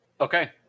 Okay